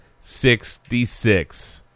sixty-six